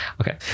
Okay